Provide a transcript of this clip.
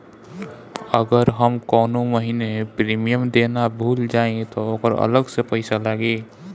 अगर हम कौने महीने प्रीमियम देना भूल जाई त ओकर अलग से पईसा लागी?